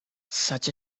such